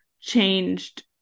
changed